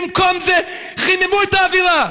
במקום זה חיממו את האווירה,